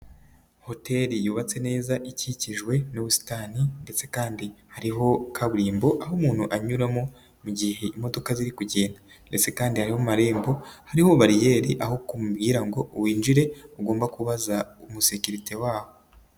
Hotel yubatse neza ikikijwe n'ubusitani ndetse kandi hariho kaburimbo aho umuntu anyuramo mugihe imodoka ziri kugenda .Ndetse kandi hariho amarembo hariho bariyeri aho bakubwira ngo winjire ugomba kubaza umusekerite w'aho.